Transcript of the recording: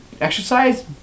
exercise